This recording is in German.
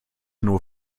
nur